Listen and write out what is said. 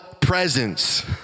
presence